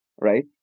right